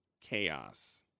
chaos